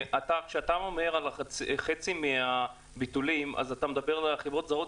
כשאתה מדבר על חצי מהביטולים אז אתה מדבר על חברות זרות?